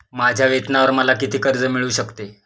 माझ्या वेतनावर मला किती कर्ज मिळू शकते?